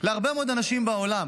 להרבה מאוד אנשים בעולם